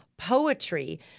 poetry